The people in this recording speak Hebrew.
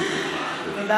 בבקשה, גברתי, 20 דקות.